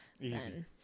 easy